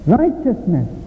righteousness